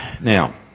Now